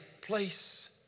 place